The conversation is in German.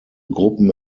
gruppen